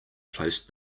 placed